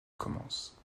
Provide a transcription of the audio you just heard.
commence